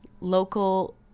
local